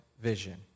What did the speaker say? vision